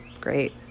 Great